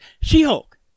She-Hulk